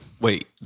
Wait